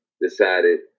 decided